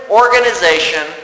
organization